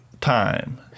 time